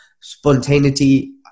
spontaneity